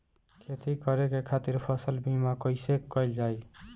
खेती करे के खातीर फसल बीमा कईसे कइल जाए?